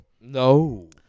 No